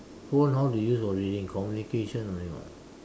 phone how to use for reading communication only [what]